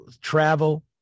travel